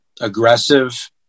aggressive